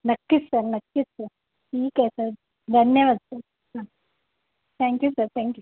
नक्कीच सर नक्कीच सर ठीक आहे सर धन्यवाद सर हां थँक्यू सर थँक्यू